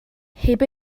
heb